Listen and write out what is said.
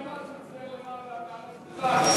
אמרתי את זה למעלה, על הדוכן.